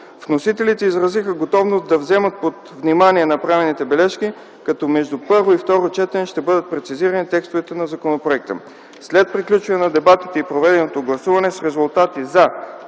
Вносителите изразиха готовност да вземат под внимание направените бележки, като между първо и второ четене ще бъдат прецизирани текстовете на законопроекта. След приключване на дебатите и проведено гласуване с резултати: „за"